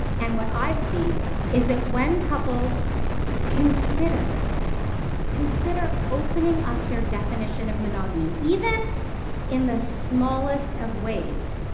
and what i've seen is that when couples consider consider opening up their definition of monogamy, even in the smallest of ways,